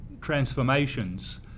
transformations